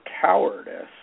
cowardice